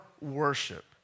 worship